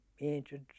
ancient